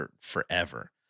forever